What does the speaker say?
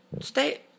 stay